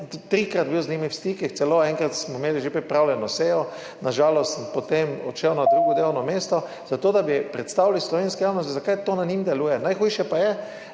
trikrat bil z njimi v stikih – enkrat smo imeli celo že pripravljeno sejo, na žalost sem potem odšel na drugo delovno mesto – zato da bi predstavili slovenski javnosti, zakaj to na njih deluje. Najhujše pa je,